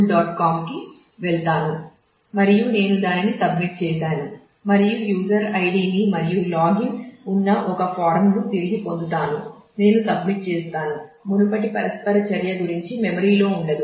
com కి వెళ్ళాను మరియు నేను దానిని సబ్మిట్ చేసాను మరియు యూజర్ ఐడిలో ఉండదు